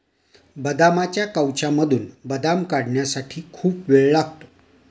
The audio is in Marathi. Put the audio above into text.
बदामाच्या कवचामधून बदाम काढण्यासाठी खूप वेळ लागतो